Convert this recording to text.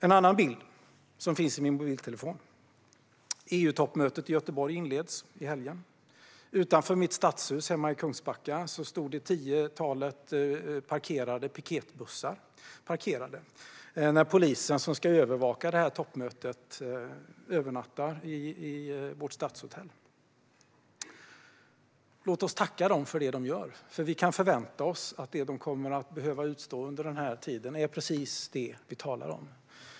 Det finns en annan bild i min mobiltelefon. EU-toppmötet i Göteborg inleds i helgen. Utanför stadshuset hemma i Kungsbacka stod ett tiotal piketbussar parkerade. Polisen som ska övervaka toppmötet övernattar på vårt stadshotell. Låt oss tacka dem för det de gör, för vi kan förvänta oss att det de kommer att behöva utstå under den här tiden är precis det som vi talar om.